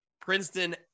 Princeton